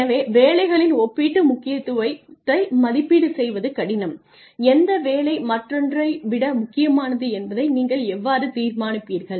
எனவே வேலைகளின் ஒப்பீட்டு முக்கியத்துவத்தை மதிப்பீடு செய்வது கடினம் எந்த வேலை மற்றொன்றை விட முக்கியமானது என்பதை நீங்கள் எவ்வாறு தீர்மானிப்பீர்கள்